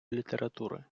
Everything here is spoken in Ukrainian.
літератури